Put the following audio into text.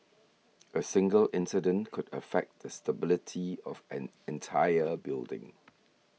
a single incident could affect the stability of an entire building